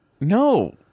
No